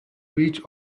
reached